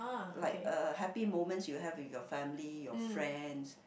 like uh happy moments you have with your family your friends